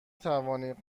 توانید